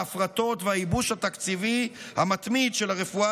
ההפרטות והייבוש התקציבי המתמיד של הרפואה